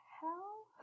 hell